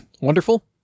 wonderful